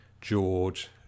George